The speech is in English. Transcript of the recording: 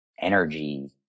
energy